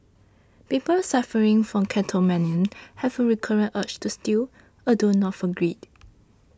people suffering from kleptomania have a recurrent urge to steal although not for greed